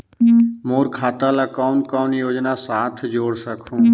मोर खाता ला कौन कौन योजना साथ जोड़ सकहुं?